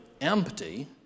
empty